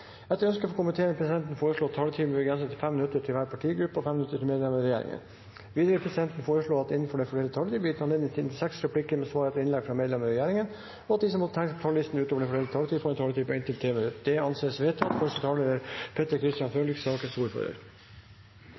Etter ønske fra energi- og miljøkomiteen vil presidenten foreslå at taletiden blir begrenset til 5 minutter til hver partigruppe og 5 minutter til medlemmer av regjeringen. Videre vil presidenten foreslå at det – innenfor den fordelte taletid – blir gitt anledning til inntil seks replikker med svar etter innlegg fra medlemmer av regjeringen, og at de som måtte tegne seg på talerlisten utover den fordelte taletid, får en taletid på inntil 3 minutter. – Det anses vedtatt.